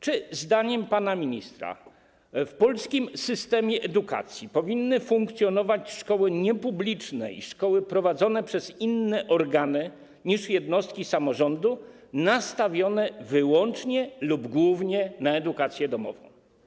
Czy zdaniem pana ministra w polskim systemie edukacji powinny funkcjonować szkoły niepubliczne i szkoły prowadzone przez inne organy niż jednostki samorządu, nastawione wyłącznie lub głównie na edukację domową?